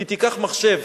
היא תיקח מחשב.